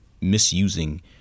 misusing